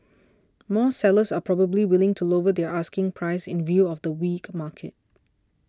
more sellers are probably willing to lower their asking prices in view of the weak market